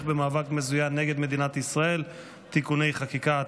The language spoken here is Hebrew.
במאבק מזוין נגד מדינת ישראל (תיקוני חקיקה),